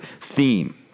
theme